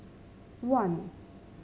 one